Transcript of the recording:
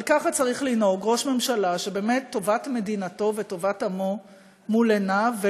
אבל ככה צריך לנהוג ראש ממשלה שבאמת טובת מדינתו וטובת עמו מול עיניו,